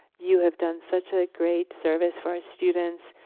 you have done such a great service for our students,